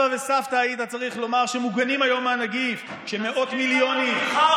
לעצמו מיליון שקל הטבות מס.